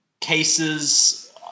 cases